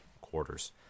quarters